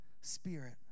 Spirit